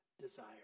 desire